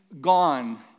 gone